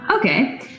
Okay